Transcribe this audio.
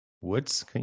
woods